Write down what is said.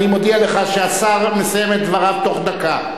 אני מודיע לך שהשר מסיים את דבריו בתוך דקה,